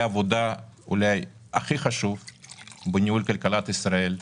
עבודה אולי הכי חשוב בניהול כלכלת ישראל.